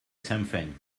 something